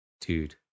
dude